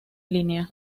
línea